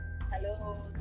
Hello